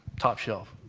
top shelf.